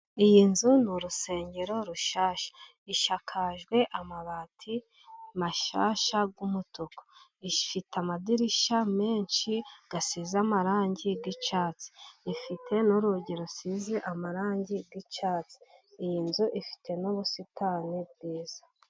Iyi nzu ni urusengero rushyashya ishakajwe amabati mashyashya y'umutuku, ifite amadirishya menshi asize amarangi y'icyatsi, ifite n'urugi rusize amarangi y'icyatsi iyi nzu ifite n'ubusitani bwiza.